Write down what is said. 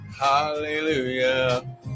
hallelujah